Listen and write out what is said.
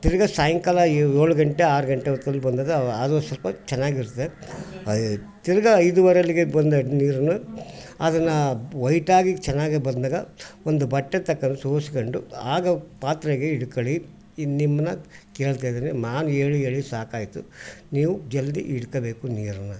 ತಿರ್ಗಿ ಸಾಯಂಕಾಲ ಏಳು ಗಂಟೆ ಆರು ಗಂಟೆ ಹೊತ್ತಲ್ ಬಂದದ್ದು ಅದು ಸ್ವಲ್ಪ ಚೆನಾಗಿರ್ತದೆ ತಿರ್ಗಿ ಐದುವರೆಲ್ಲಿಗೆ ಬಂದ ನೀರನ್ನು ಅದನ್ನು ವೈಟಾಗಿ ಚೆನ್ನಾಗೆ ಬಂದಾಗ ಒಂದು ಬಟ್ಟೆ ತಕೊಂಡು ಸೋಸಿಕೊಂಡು ಆಗ ಪಾತ್ರೆಗೆ ಹಿಡ್ಕೊಳಿ ಈಗ ನಿಮ್ಮನ್ನು ಕೇಳ್ತಾ ಇದ್ದೇನೆ ನಾನು ಹೇಳಿ ಹೇಳಿ ಸಾಕಾಯಿತು ನೀವು ಜಲ್ದಿ ಹಿಡ್ಕೊಬೇಕು ನೀರನ್ನು